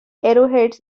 arrowheads